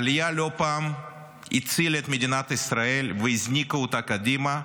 העלייה לא פעם הצילה את מדינת ישראל והזניקה אותה קדימה.